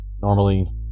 normally